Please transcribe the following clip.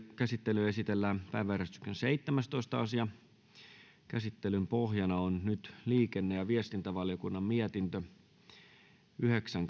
käsittelyyn esitellään päiväjärjestyksen seitsemästoista asia käsittelyn pohjana on liikenne ja viestintävaliokunnan mietintö yhdeksän